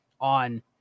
on